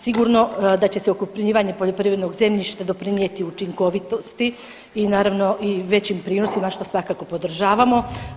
Sigurno da će se okrupnjivanje poljoprivrednog zemljišta doprinijeti učinkovitosti i naravno i većim prinosima što svakako podržavamo.